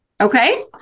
Okay